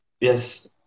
Yes